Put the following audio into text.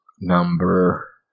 number